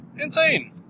Insane